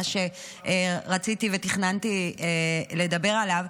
מה שרציתי ותכננתי לדבר עליו,